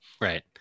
right